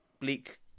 bleak